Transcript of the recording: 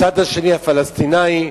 הצד השני, הפלסטיני,